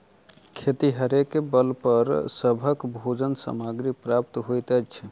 खेतिहरेक बल पर सभक भोजन सामग्री प्राप्त होइत अछि